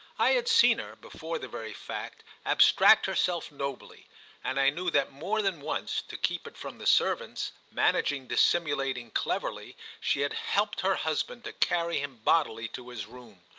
i had seen her, before the very fact, abstract herself nobly and i knew that more than once, to keep it from the servants, managing, dissimulating cleverly, she had helped her husband to carry him bodily to his room.